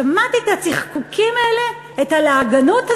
שמעתי את הצחקוקים האלה, את הלעגנות הזאת,